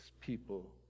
people